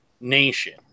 nation